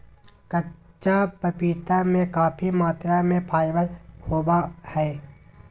कच्चा पपीता में काफी मात्रा में फाइबर होबा हइ